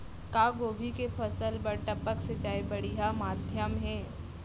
का गोभी के फसल बर टपक सिंचाई बढ़िया माधयम हे?